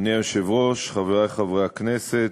אדוני היושב-ראש, חברי חברי הכנסת,